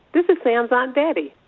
this is sam's aunt betty.